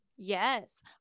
Yes